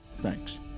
Thanks